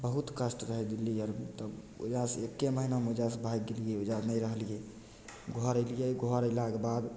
बहुत कष्ट रहय दिल्ली आरमे तब ओइजाँसँ एके महीनामे ओइजाँसँ भागि गेलियै ओइजाँ नहि रहलियै घर अइलियै घर अयलाक बाद